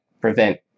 prevent